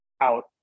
out